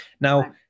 Now